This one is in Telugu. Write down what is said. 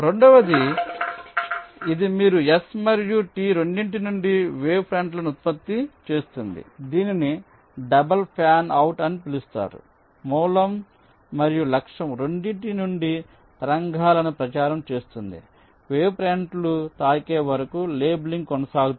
రెండవది ఇది మీరు S మరియు T రెండింటి నుండి వేవ్ ఫ్రంట్లను ఉత్పత్తి చేస్తుంది దీనిని డబుల్ ఫ్యాన్ అవుట్ అని పిలుస్తారు మూలం మరియు లక్ష్యం రెండింటి నుండి తరంగాలను ప్రచారం చేస్తుంది వేవ్ ఫ్రంట్లు తాకే వరకు లేబులింగ్ కొనసాగుతుంది